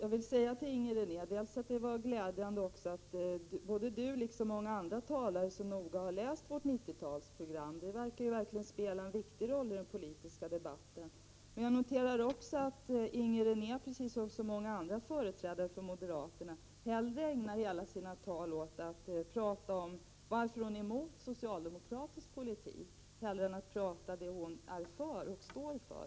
Herr talman! Det är glädjande att Inger René liksom många andra talare har läst vårt 90-talsprogram så noggrant. Det förefaller som om detta spelar en viktig roll i den politiska debatten. Jag noterar också att Inger René, precis som många andra företrädare för moderaterna, ägnar alla sina tal åt att tala om varför hon är emot socialdemokratisk politik hellre än att tala om det hon är för och som hon står bakom.